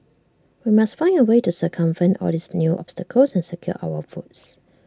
we must find A way to circumvent all these new obstacles and secure our votes